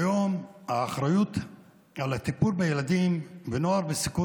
כיום האחריות לטיפול בילדים ונוער בסיכון